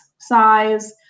size